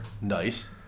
Nice